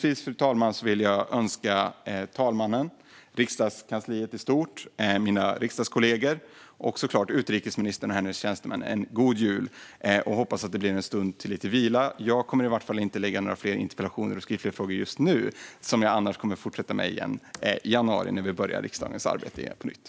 Avslutningsvis vill jag önska talmannen, riksdagskansliet i stort, mina riksdagskollegor och såklart utrikesministern och hennes tjänstemän en god jul. Jag hoppas att det blir en stund till lite vila. Jag kommer i varje fall inte att ställa några fler interpellationer och skriftliga frågor just nu, men jag kommer att fortsätta med det i januari när vi börjar riksdagens arbete på nytt.